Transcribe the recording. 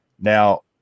Now